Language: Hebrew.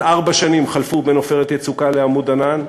ארבע שנים חלפו בין "עופרת יצוקה" ל"עמוד ענן",